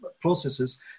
processes